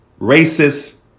racist